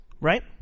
Right